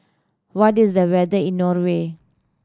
what is the weather like in Norway